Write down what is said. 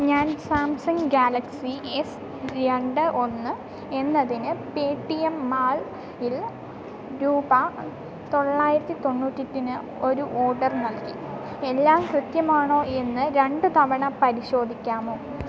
ഞാൻ Samsung Galaxy S രണ്ട് ഒന്ന് എന്നതിന് പേടിഎം മാളിൽ രൂപ തൊള്ളായിരത്തി തൊണ്ണൂറ്റി എട്ടിന് ഒരു ഓർഡർ നൽകി എല്ലാം കൃത്യമാണോ എന്നു രണ്ടു തവണ പരിശോധിക്കാമോ